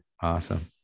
Awesome